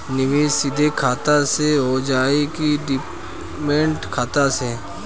निवेश सीधे खाता से होजाई कि डिमेट खाता से?